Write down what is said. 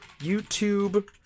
YouTube